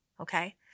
okay